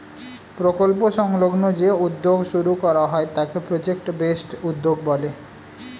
প্রকল্প সংলগ্ন যে উদ্যোগ শুরু করা হয় তাকে প্রজেক্ট বেসড উদ্যোগ বলে